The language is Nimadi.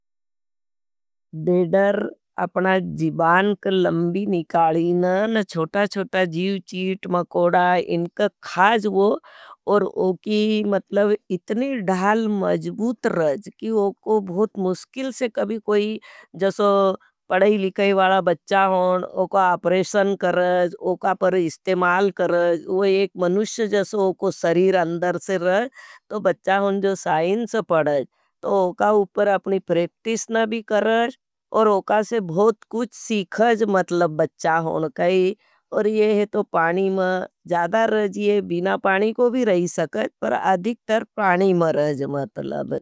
देडर अपना जीबान का लंबी निकाली ना, ना छोटा-छोटा जीव, चीट, मकोडा, इनका खाज वो और ओकी मतलब इतनी ढाल मज़गूत रज। कि ओको बहुत मुष्किल से कभी कोई जैसो पड़ाई लिखाए वाला बच्चा होन, ओका अपरेशन करज, ओका पर इस्तेमाल करज, ओका एक मनुष्य जसो ओको सरीर अंदर से रज। तो बच्चा होन जो साइंस पड़ज तो ओका उपर अपनी प्रेक्टिस न भी करज। और ओका से बहुत कुछ सीखज मतलब बच्चा होन क और यह तो पानी में ज़्यादा रज यह बिना पानी को भी रही सकत। पर अधिकतर पानी में रज मतलब।